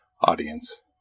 audience